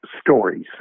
stories